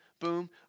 boom